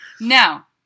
Now